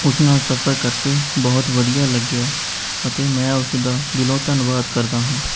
ਉਸ ਨਾਲ਼ ਸਫ਼ਰ ਕਰਕੇ ਬਹੁਤ ਵਧੀਆ ਲੱਗਿਆ ਅਤੇ ਮੈਂ ਉਸ ਦਾ ਦਿਲੋਂ ਧੰਨਵਾਦ ਕਰਦਾ ਹਾਂ